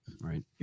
Right